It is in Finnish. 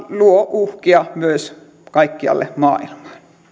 luo uhkia myös kaikkialle maailmaan